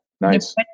Nice